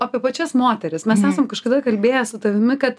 apie pačias moteris mes esam kažkada kalbėję su tavimi kad